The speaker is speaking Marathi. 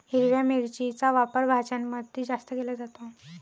हिरव्या मिरचीचा वापर भाज्यांमध्ये जास्त केला जातो